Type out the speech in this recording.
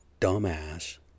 dumbass